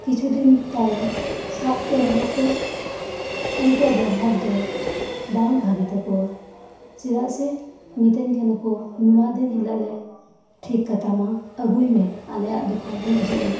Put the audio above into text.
ᱠᱤᱪᱷᱩᱫᱤᱱ ᱛᱟᱭᱚᱢ ᱥᱟᱵᱠᱮᱫ ᱨᱮᱦᱚᱠᱩ ᱩᱱᱠᱩᱣᱟᱜ ᱵᱮᱵᱚᱦᱟᱨᱫᱚ ᱵᱷᱟᱜᱤ ᱵᱟᱝ ᱛᱟᱦᱮᱸᱠᱟᱱ ᱛᱟᱠᱩᱣᱟ ᱪᱮᱫᱟᱜᱥᱮ ᱢᱤᱛᱟᱹᱧ ᱠᱟᱱᱟᱠᱩ ᱱᱚᱣᱟ ᱫᱤᱱ ᱦᱤᱞᱟᱹᱜᱞᱮ ᱴᱷᱤᱠ ᱠᱟᱛᱟᱢᱟ ᱟᱹᱜᱩᱭᱢᱮ ᱟᱞᱮᱭᱟᱜ ᱫᱚᱠᱟᱱᱛᱮ ᱦᱤᱡᱩᱜᱼᱢᱮ